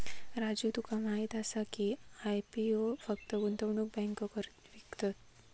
राजू तुका माहीत आसा की, आय.पी.ओ फक्त गुंतवणूक बँको विकतत?